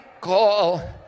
call